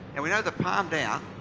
and we know the palm down,